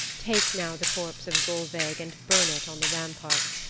take now the corpse of gulveig and burn it on the ramparts,